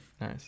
Nice